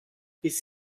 bis